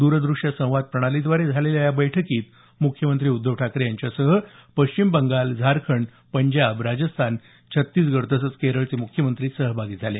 द्रद्रष्य संवाद प्रणालीद्वारे झालेल्या या बैठकीत मुख्यमंत्री उद्धव ठाकरे यांच्यासह पश्चिम बंगाल झारखंड पंजाब राजस्थान छत्तीसगड तसंच केरळचे मुख्यमंत्री सहभागी झाले